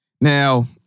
Now